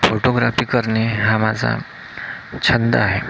photography करणे हा माझा छंद आहे